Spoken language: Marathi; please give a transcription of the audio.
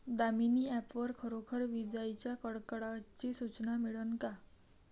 दामीनी ॲप वर खरोखर विजाइच्या कडकडाटाची सूचना मिळन का?